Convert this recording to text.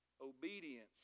Obedience